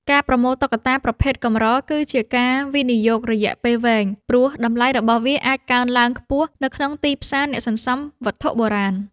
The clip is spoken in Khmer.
ការប្រមូលតុក្កតាប្រភេទកម្រ គឺជាការវិនិយោគរយៈពេលវែង ព្រោះតម្លៃរបស់វាអាចកើនឡើងខ្ពស់នៅក្នុងទីផ្សារអ្នកសន្សំវត្ថុបុរាណ។